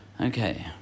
Okay